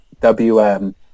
WM